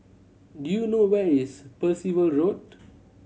do you know where is Percival Road